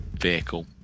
vehicle